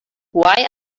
why